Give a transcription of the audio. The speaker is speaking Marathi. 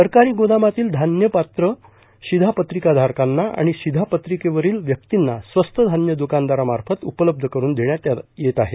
सरकारी गोदामातील धान्य पात्र शिघापत्रिकाधारकांना आणि शिघापत्रिकेवरील व्यक्तीना स्वस्त धान्य दुकानदारामार्फत उपलब्ध करुन देण्यात येत आहे